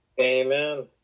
Amen